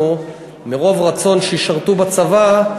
אנחנו מרוב רצון שישרתו בצבא,